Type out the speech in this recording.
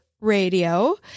Radio